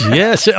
yes